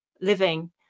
living